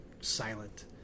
silent